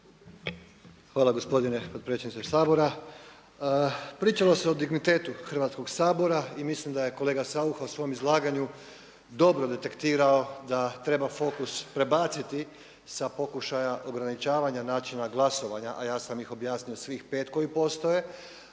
Hvala gospodine potpredsjedniče Sabora. Pričalo se o dignitetu Hrvatskog sabora i mislim da je kolega Saucha u svom izlaganju dobro detektirao da treba fokus prebaciti sa pokušaja ograničavanja načina glasovanja, a ja sam ih objasnio svih pet koji postoje,